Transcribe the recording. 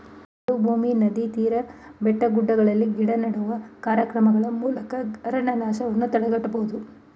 ಬರಡು ಭೂಮಿ, ನದಿ ತೀರ, ಬೆಟ್ಟಗುಡ್ಡಗಳಲ್ಲಿ ಗಿಡ ನೆಡುವ ಕಾರ್ಯಕ್ರಮಗಳ ಮೂಲಕ ಅರಣ್ಯನಾಶವನ್ನು ತಡೆಗಟ್ಟಬೋದು